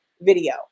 video